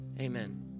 Amen